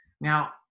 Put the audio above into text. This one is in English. Now